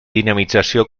dinamització